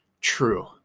true